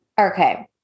Okay